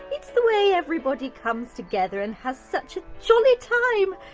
it's the way everybody comes together and has such a jolly time.